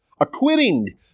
acquitting